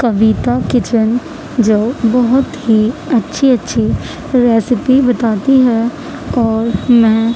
کویتا kitchen جو بہت ہی اچھی اچھی ریسیپی بتاتی ہیں اور میں